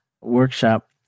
workshop